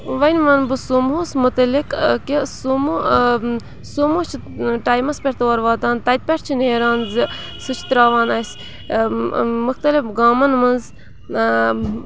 وَنہٕ بہٕ سوموٗہس مُتعلِق کہِ سوموٗ سومو چھِ ٹایمَس پٮ۪ٹھ تور واتان تَتہِ پٮ۪ٹھ چھِ نیران زِ سُہ چھِ تراوان اَسہِ مُختلِف گامَن منٛز